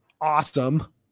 awesome